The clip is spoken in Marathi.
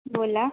बोला